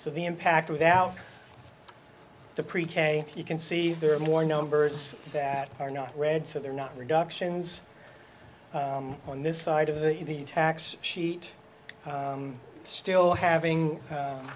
so the impact without the pre k you can see there are more numbers that are not red so they're not reductions on this side of the tax sheet still having